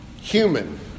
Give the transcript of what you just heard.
human